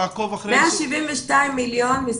172 מיליון שקלים,